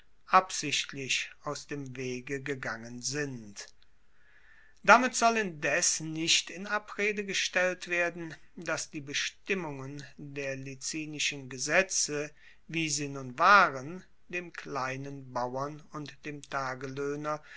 absichtlich aus dem wege gegangen sind damit soll indes nicht in abrede gestellt werden dass die bestimmungen der licinischen gesetze wie sie nun waren dem kleinen bauern und dem tageloehner